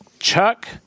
Chuck